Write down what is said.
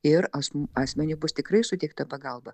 ir asm asmeniui bus tikrai suteikta pagalba